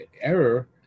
error